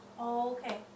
okay